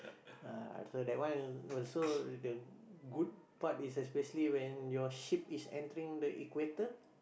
ah so that one so the good part is especially when your ship is entering the equator